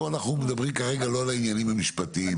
פה אנחנו מדברים כרגע לא על העניינים המשפטיים.